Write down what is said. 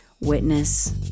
witness